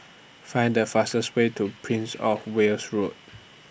Find The fastest Way to Prince of Wales Road